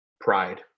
pride